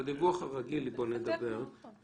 בפעולה שלגביה התעורר חשש להלבנת הון או למימון טרור,